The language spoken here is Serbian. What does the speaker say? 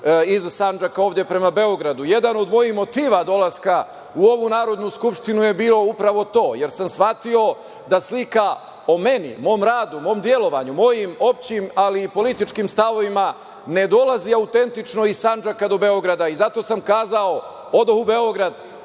iz Sandžaka ovde prema Beogradu. Jedan od mojih motiva dolaska u ovu Narodnu skupštinu je bio upravo to, jer sam shvatio da slika o meni, mom radu, mom delovanju, mojim opštim, ali i političkim stavovima ne dolazi autentično iz Sandžaka do Beograda i zato sam kazao – odoh u Beograd,